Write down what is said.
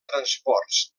transports